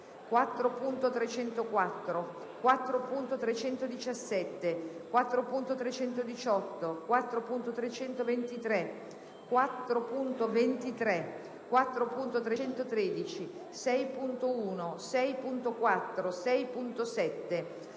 4.304, 4.317, 4.318 , 4.323, 4.23, 4.313, 6.1, 6.4, 6.7,